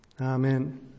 Amen